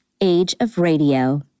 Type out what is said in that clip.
ageofradio